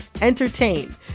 entertain